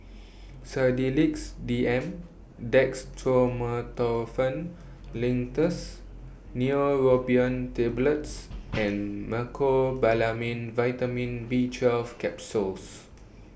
Sedilix D M Dextromethorphan Linctus Neurobion Tablets and Mecobalamin Vitamin B twelve Capsules